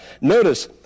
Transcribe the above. notice